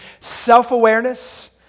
self-awareness